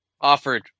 offered